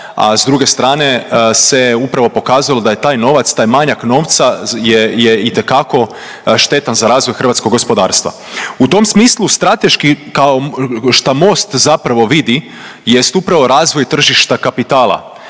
a s druge strane se upravo pokazalo da je taj novac, taj manjak novca je itekako štetan za razvoj hrvatskog gospodarstva. U tom smislu strateški kao šta Most zapravo vidi jest upravo razvoj tržišta kapitala,